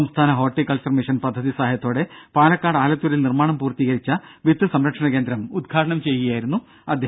സംസ്ഥാന horticulture mission പദ്ധതി സഹായത്തോടെ പാലക്കാട് ആലത്തൂരിൽ നിർമ്മാണം പൂർത്തീകരിച്ച വിത്ത് സംരക്ഷണ കേന്ദ്രം ഉദ്ഘാടനം ചെയ്യുകയായിരുന്നു മന്ത്രി